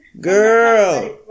Girl